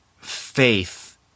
faith